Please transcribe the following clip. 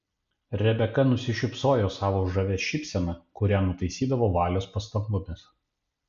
rebeka nusišypsojo savo žavia šypsena kurią nutaisydavo valios pastangomis